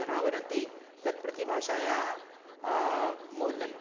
जनाः वदन्ति तत् प्रतिभाषायाः मौल्यं